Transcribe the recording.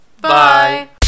Bye